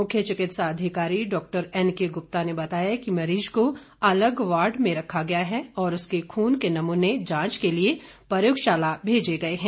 मुख्य चिकित्सा अधिकारी डॉक्टर एनके गुप्ता ने बताया कि मरीज को अलग वार्ड में रखा गया है और उसके खून के नमूने जांच के लिए प्रयोगशाला भेजे गए हैं